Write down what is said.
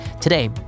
Today